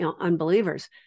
unbelievers